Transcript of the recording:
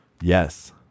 Yes